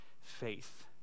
faith